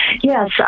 Yes